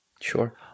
Sure